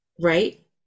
Right